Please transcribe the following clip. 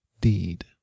deed